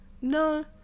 No